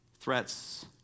threats